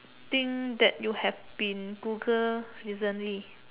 thing that you have been Google recently